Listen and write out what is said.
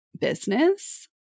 business